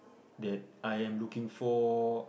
that I am looking for